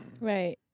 Right